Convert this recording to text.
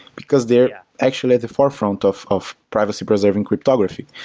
because they're actually at the forefront of of privacy preserving cryptography.